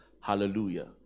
Hallelujah